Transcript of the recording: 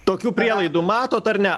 tokių prielaidų matot ar ne